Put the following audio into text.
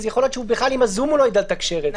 יכול להיות שהוא לא יידע לתקשר בזום.